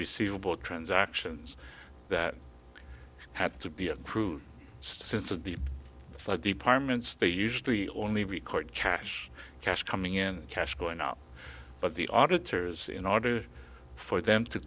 receivable transactions that had to be approved since of the departments they usually only record cash cash coming in cash going up but the auditors in order for them to